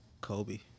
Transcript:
Kobe